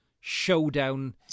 showdown